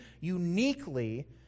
uniquely